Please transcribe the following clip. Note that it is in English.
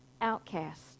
outcast